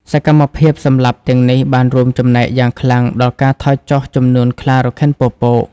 សកម្មភាពសម្លាប់ទាំងនេះបានរួមចំណែកយ៉ាងខ្លាំងដល់ការថយចុះចំនួនខ្លារខិនពពក។